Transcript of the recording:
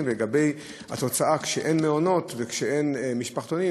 ועל התוצאה: כשאין מעונות ואין משפחתונים,